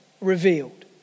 revealed